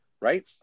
right